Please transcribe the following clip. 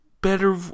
better